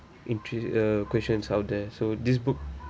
interest uh questions out there so this book